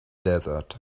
desert